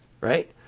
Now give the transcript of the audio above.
right